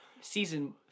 season